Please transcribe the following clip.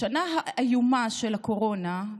בשנה האיומה של הקורונה,